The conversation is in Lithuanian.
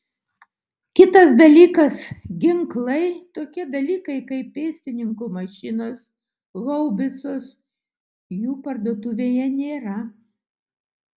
kitas dalykas ginklai tokie dalykai kaip pėstininkų mašinos haubicos jų parduotuvėje nėra